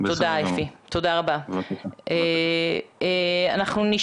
באכיפה ובחקיקה כמו שקרה באלכוהול, הדברים